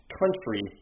country